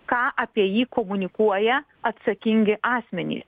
ką apie jį komunikuoja atsakingi asmenį